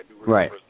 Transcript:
Right